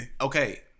Okay